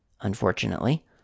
unfortunately